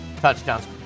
touchdowns